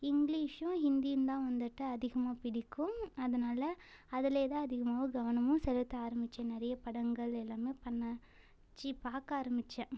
இங்கிலிஷும் ஹிந்தியும் தான் வந்துவிட்டு அதிகமாக பிடிக்கும் அதனால் அதுல தான் அதிகமாகவும் கவனமும் செலுத்த ஆரமிச்சேன் நிறைய படங்கள் எல்லாமே பண்ணச்சி பார்க்க ஆரமிச்சேன்